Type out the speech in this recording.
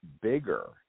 bigger